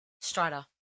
Strider